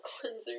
cleanser